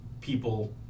people